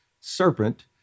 serpent